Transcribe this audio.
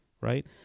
Right